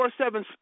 24-7